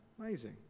Amazing